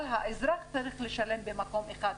אבל האזרח צריך לשלם במקום אחד,